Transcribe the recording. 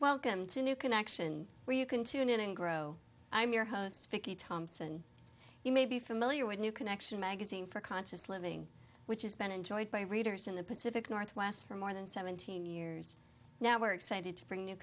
new connection where you can tune in and grow i'm your host vicky thompson you may be familiar with new connection magazine for conscious living which has been enjoyed by readers in the pacific northwest for more than seventeen years now we're excited to bring a new